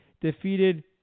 defeated